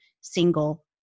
single